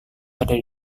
ada